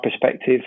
perspective